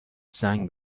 زنگ